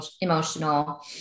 emotional